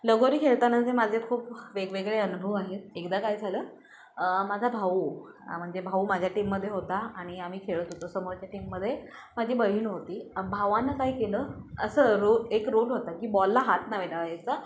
लगोरी खेळतानाचे माझे खूप वेगवेगळे अनुभव आहेत एकदा काय झालं माझा भाऊ अ म्हणजे भाऊ माझ्या टीममध्ये होता आणि आम्ही खेळत होतो समोरच्या टीममध्ये माझी बहीण होती अ भावानं काय केलं असं रो एक रुल होता की बॉलला हात नावे लावायचा